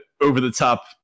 over-the-top